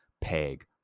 peg